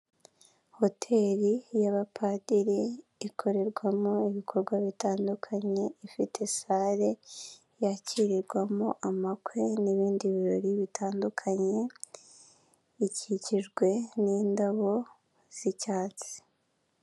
Hoteli y'abapadiri ikorerwamo ibikorwa bitandukanye ifite salle yakirirwamo amakwe n'ibindi birori bitandukanye, ikikijwe n'indabo z'icyatsi.